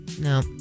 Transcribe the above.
No